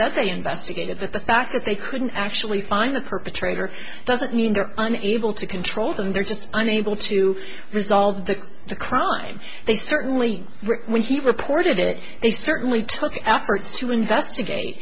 they investigated but the fact that they couldn't actually find the perpetrator doesn't mean they're unable to control them they're just unable to resolve the the crime they certainly when he reported it they certainly took efforts to investigate